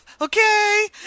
okay